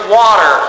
water